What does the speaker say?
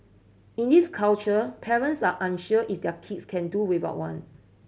in this culture parents are unsure if their kids can do without one